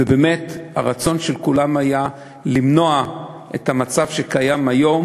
ובאמת הרצון של כולם היה למנוע את המצב שקיים היום